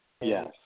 Yes